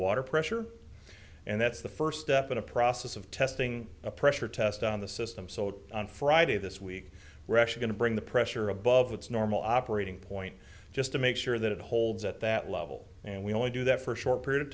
water pressure and that's the first step in a process of testing a pressure test on the system so to on friday this week we're actually going to bring the pressure above its normal operating point just to make sure that it holds at that level and we only do that for a short period of